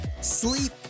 sleep